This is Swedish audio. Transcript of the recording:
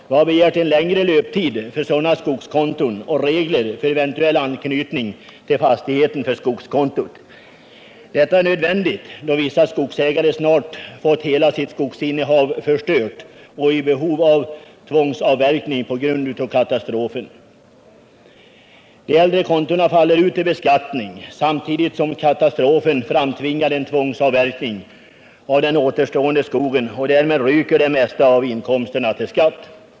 Vi har begärt en längre löptid för sådana skogskonton och regler för eventuell anknytning till fastigheten för skogskontot. Detta är nödvändigt då vissa skogsägare snart fått hela sitt skogsinnehav förstört och är i behov av tvångsavverkning på grund av katastrofen. De äldre kontona faller ut till beskattning samtidigt som katastrofen framtvingar tvångsavverkning av den återstående skogen, och därmed ryker de mesta inkomsterna till skatt.